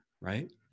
right